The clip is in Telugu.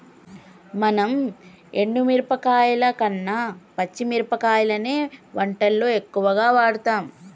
మనం ఎండు మిరపకాయల కన్న పచ్చి మిరపకాయలనే వంటల్లో ఎక్కువుగా వాడుతాం